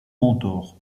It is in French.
mentor